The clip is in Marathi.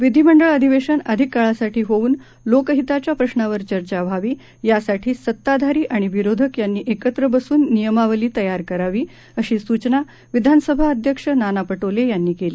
विधिमंडळ अधिवेशन अधिक काळासाठी होऊन लोकहिताच्या प्रश्नावर चर्चा व्हावी यासाठी सत्ताधारी आणि विरोधक यांनी एकत्र बसून नियमावलीतयार करावी अशी सुचना विधानसभा अध्यक्ष नाना पटोले यांनी केली